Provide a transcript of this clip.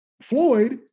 Floyd